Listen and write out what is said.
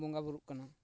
ᱵᱚᱸᱜᱟ ᱵᱩᱨᱩᱜ ᱠᱟᱱᱟ